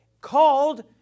called